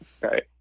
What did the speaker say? Right